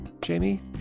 Jamie